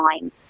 time